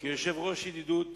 כיושב-ראש אגודת הידידות